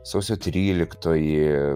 sausio tryliktoji